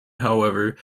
however